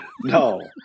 no